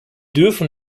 dürfen